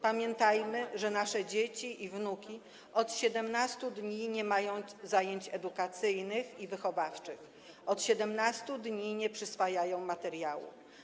Pamiętajmy, że nasze dzieci i wnuki od 17 dni nie mają zajęć edukacyjnych ani wychowawczych, od 17 dni nie przyswajają materiału.